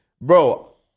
bro